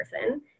person